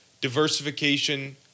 diversification